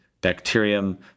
bacterium